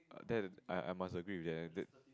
that I I must agree with them that